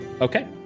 Okay